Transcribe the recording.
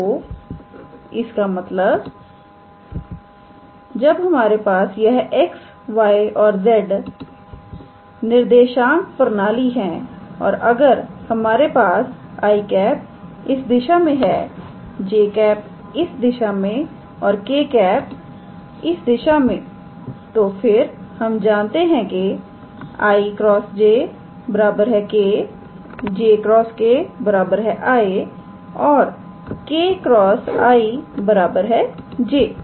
तो इसका मतलब जब हमारे पास यह x y औरz निर्देशांक प्रणाली है और अगर हमारे पास 𝑖̂ इस दिशा में है 𝑗̂ इस दिशा में और 𝑘̂ इस दिशा में तो फिर हम जानते हैं के 𝑖̂× 𝑗̂ 𝑘̂𝑗̂× 𝑘̂ 𝑖̂ 𝑘̂ × 𝑖̂ 𝑗̂